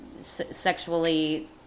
sexually